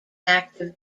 active